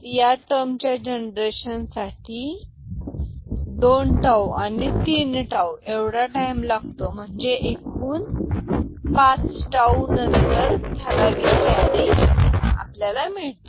या टर्मसच्या जनरेशन साठी दोन टाऊ आणि तीन टाऊ एवढा टाइम लागतो म्हणजे एकूण पाच नंतर ठराविक कॅरी मिळतो